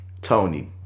Tony